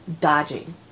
dodging